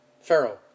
Pharaoh